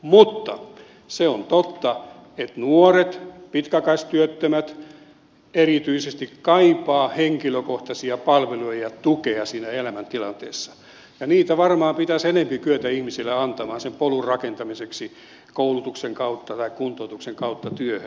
mutta se on totta että nuoret ja pitkäaikaistyöttömät erityisesti kaipaavat henkilökohtaisia palveluja ja tukea siinä elämäntilanteessa ja niitä varmaan pitäisi enempi kyetä ihmisille antamaan sen polun rakentamiseksi koulutuksen kautta tai kuntoutuksen kautta työhön